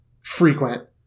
frequent